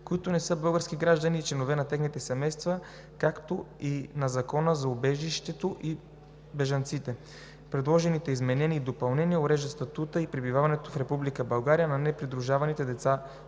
които не са български граждани, и членовете на техните семейства, както и на Закона за убежището и бежанците. Предложените изменения и допълнения уреждат статута и пребиваването в Република България на непридружените деца